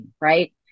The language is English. right